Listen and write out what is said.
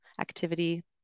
activity